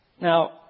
Now